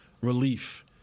relief